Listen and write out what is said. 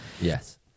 Yes